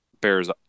Bears